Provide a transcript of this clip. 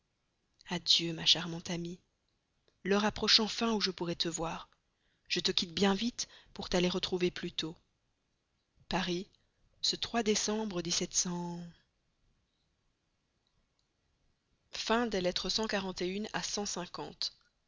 adieu ma charmante amie l'heure approche enfin où je pourrai te voir je te quitte bien vite pour t'aller retrouver plus tôt paris ce